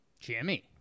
Jimmy